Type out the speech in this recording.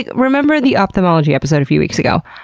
remember the ophthalmology episode a few weeks ago?